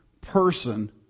person